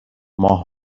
ماه